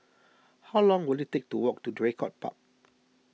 how long will it take to walk to Draycott Park